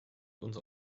unser